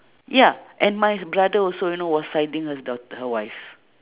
ya and my brother also you know was siding his daugh~ her wife